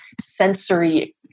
sensory